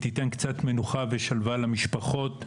היא תיתן קצת מנוחה ושלווה למשפחות.